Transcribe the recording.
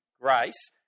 grace